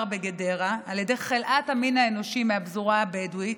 בגדרה על ידי חלאת המין האנושי מהפזורה הבדואית,